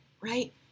right